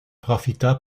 profita